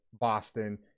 Boston